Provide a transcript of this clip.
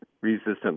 resistant